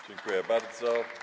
Dziękuję bardzo.